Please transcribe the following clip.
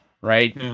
right